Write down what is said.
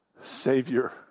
Savior